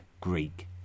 Greek